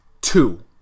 two